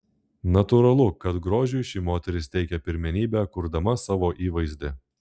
natūralu kad grožiui ši moteris teikia pirmenybę kurdama savo įvaizdį